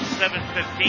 7.15